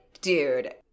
dude